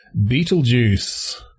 Beetlejuice